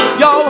yo